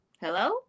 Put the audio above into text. hello